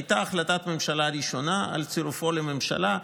הייתה החלטת ממשלה ראשונה על צירופו לממשלה,